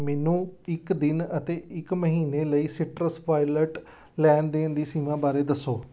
ਮੈਨੂੰ ਇੱਕ ਦਿਨ ਅਤੇ ਇੱਕ ਮਹੀਨੇ ਲਈ ਸਿਟਰਸ ਵਾਲਿਟ ਲੈਣ ਦੇਣ ਦੀ ਸੀਮਾ ਬਾਰੇ ਦੱਸੋ